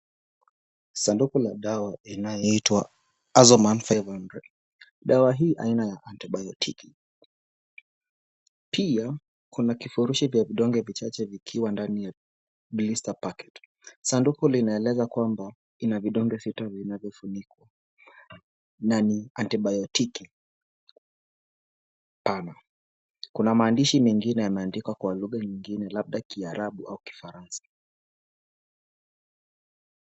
Sanduku la dawa inayoitwa Azoman 500. Dawa hizi ni aina ya antibayotiki pia, kuna vifurushi vya kidonge vichache vikiwa ndani ya blista packet . Sanduku linaeleza kwamba, lina vidonge sita vinavyofunikwa ,na ni antibayotiki. Kuna maandishi mengine yaliyoandikwa kwa lugha nyingine labda Kiarabu au Kifaransa.